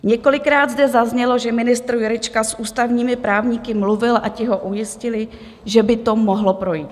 Několikrát zde zaznělo, že ministr Jurečka s ústavními právníky mluvil a ti ho ujistili, že by to mohlo projít.